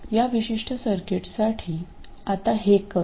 या विशिष्ट सर्किटसाठी आता हे करू